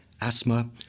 asthma